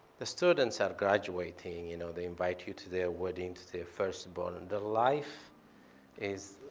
the students are graduating. you know? they invite you to their wedding, to their firstborn, and the life is.